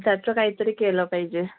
त्याचं काहीतरी केलं पाहिजे